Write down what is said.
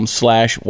slash